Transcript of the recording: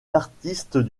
d’artistes